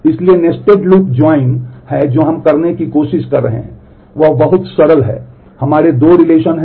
इसलिए nested loop join कर रहे हैं